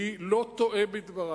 אני לא טועה בדברי.